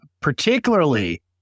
particularly